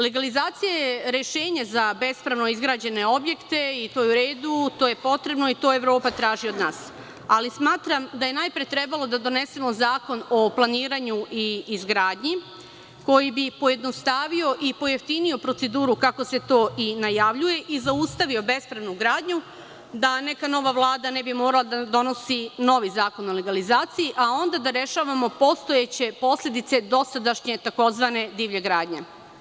Legalizacija je rešenje za bespravno izgrađene objekte i to je u redu, to je potrebno i to Evropa traži od nas, ali smatram da je najpre trebalo da donesemo Zakon o planiranju i izgradnji koji bi pojednostavio i pojeftinio proceduru, kako se to i najavljuje, i zaustavio bespravnu gradnju, da neka nova Vlada ne bi morala da donosi novi Zakon o legalizaciji, a onda da rešavamo postojeće posledice dosadašnje tzv. divlje gradnje.